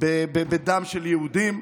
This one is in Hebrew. בדם של יהודים,